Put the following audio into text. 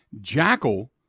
Jackal